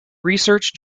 research